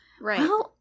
Right